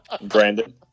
Brandon